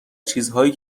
چیزهایی